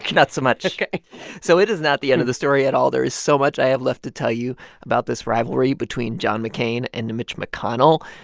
not so much ok so it is not the end of the story at all. there is so much i have left to tell you about this rivalry between john mccain and mitch mcconnell.